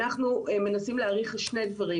אנחנו מנסים להעריך שני דברים,